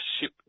ship